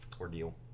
ordeal